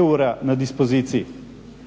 eura na dispoziciji